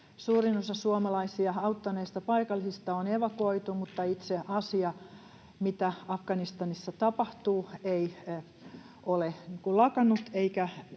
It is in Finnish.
suurin osa suomalaisia auttaneista paikallisista on evakuoitu, mutta itse asia, mitä Afganistanissa tapahtuu, ei ole lakannut